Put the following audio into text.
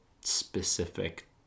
specific